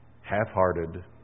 Half-hearted